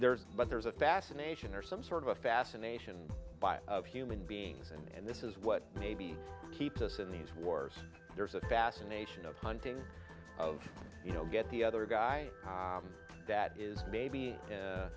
there's but there's a fascination or some sort of a fascination of human beings and this is what maybe keeps us in these wars there's a fascination of hunting of you know get the other guy that is maybe